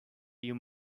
you